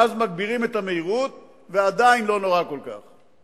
ואז מגבירים את המהירות, ועדיין לא נורא כל כך.